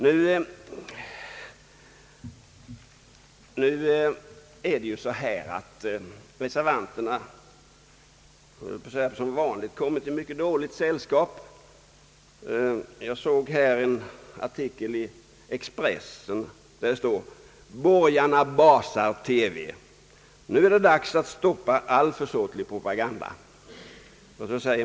Nu har reservanterna, jag höll på att säga som vanligt, hamnat i mycket dåligt sällskap. I en artikel i Expressen står det att borgarna basar TV och att det nu är dags att stoppa all försåtlig propaganda.